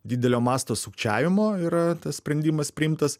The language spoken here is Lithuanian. didelio masto sukčiavimo yra tas sprendimas priimtas